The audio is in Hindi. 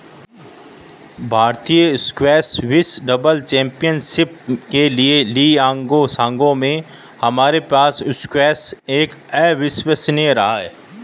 भारतीय स्क्वैश विश्व डबल्स चैंपियनशिप के लिएग्लासगो में हमारे पास स्क्वैश एक अविश्वसनीय रहा है